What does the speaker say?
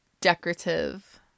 decorative